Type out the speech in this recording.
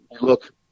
look